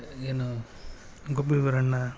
ಏನು ಗುಬ್ಬಿ ವೀರಣ್ಣ